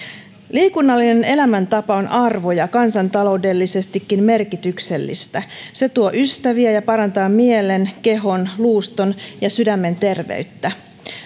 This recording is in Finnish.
liikunnallinen elämäntapa on arvo ja kansantaloudellisestikin merkityksellistä se tuo ystäviä ja parantaa mielen kehon luuston ja sydämen terveyttä